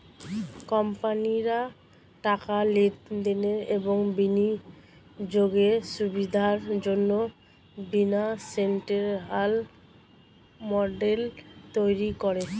কোম্পানিরা টাকার লেনদেনের এবং বিনিয়োগের সুবিধার জন্যে ফিনান্সিয়াল মডেল তৈরী করে